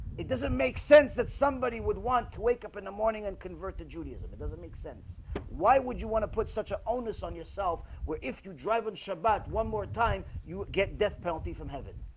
it doesn't make sense that somebody would want to wake up in the morning and convert to judaism it doesn't make sense why would you want to put such an onus on yourself? where if you drive on and shabbat one more time you get death penalty from heaven?